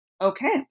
okay